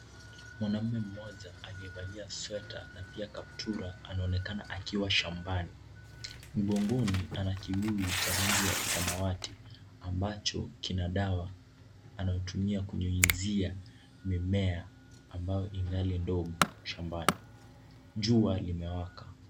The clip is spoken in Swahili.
Mwanaume mmoja aliyevalia sweta na tena kaptura anaonekana akiwa shambani. Mgongoni ana kibuyu cha rangi ya samawati ambacho kina dawa anatumia kunyunyizia mimea ambayo ingali ndogo shambani. Jua linawaka.